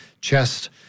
chest